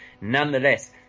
nonetheless